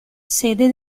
sede